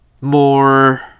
more